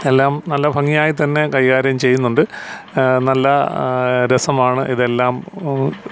എല്ലാം നല്ല ഭംഗിയായിത്തന്നെ കൈകാര്യം ചെയ്യുന്നുണ്ട് നല്ല രസമാണ് ഇതെല്ലാം